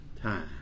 time